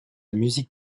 musique